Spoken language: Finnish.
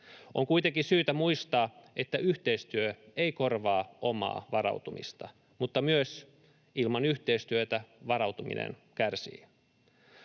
On kuitenkin syytä muistaa, että yhteistyö ei korvaa omaa varautumista. Mutta myös: ilman yhteistyötä varautuminen kärsii.